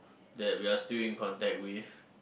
that we are still in contact with